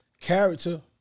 character